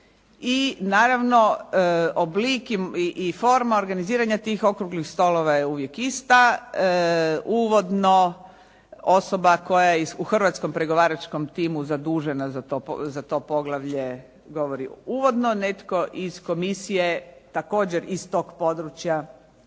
i naravno oblik i forma organiziranja tih okruglih stolova je uvijek ista. Uvodno osoba koja je u hrvatskom pregovaračkom timu zadužena za to poglavlje govori uvodno, netko iz komisije također iz tog područja